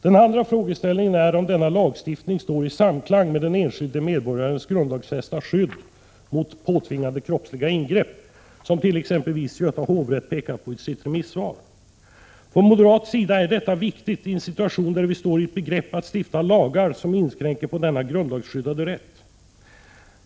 Den andra frågeställningen är om denna lagstiftning står i samklang med den enskilde medborgarens grundlagsfästa skydd mot påtvingade kroppsliga ingrepp, något som exempelvis Göta hovrätt pekat på i sitt remissvar. Från moderat sida är detta viktigt i en situation där vi står i begrepp att stifta lagar som inskränker denna grundlagsskyddade rätt.